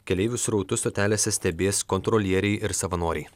keleivių srautus stotelėse stebės kontrolieriai ir savanoriai